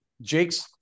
Jake's